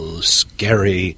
scary